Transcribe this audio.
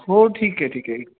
हो ठीक आहे ठीक आहे